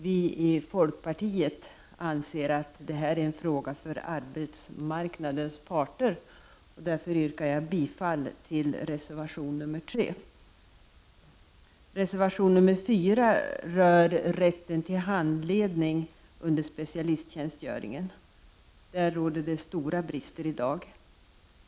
Vi i folkpartiet anser att det här är en fråga för arbetsmarknadens parter. Därför yrkar jag bifall till reservation nr 3. Reservation nr 4 rör rätten till handledning under specialisttjänstgöringen. Där råder det stora brister i dag.